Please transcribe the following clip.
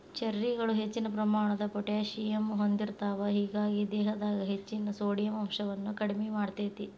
ಚೆರ್ರಿಗಳು ಹೆಚ್ಚಿನ ಪ್ರಮಾಣದ ಪೊಟ್ಯಾಸಿಯಮ್ ಹೊಂದಿರ್ತಾವ, ಹೇಗಾಗಿ ದೇಹದಾಗ ಹೆಚ್ಚಿನ ಸೋಡಿಯಂ ಅಂಶವನ್ನ ಕಡಿಮಿ ಮಾಡ್ತೆತಿ